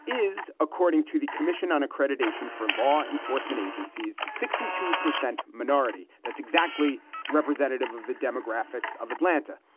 is, according to the commission on accreditation for law enforcement agencies, sixty two percent minority. that's exactly representative of the demographics of atlanta.